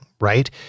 right